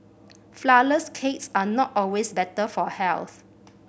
flourless cakes are not always better for health